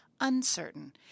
uncertain